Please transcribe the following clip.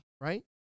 right